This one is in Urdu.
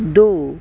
دو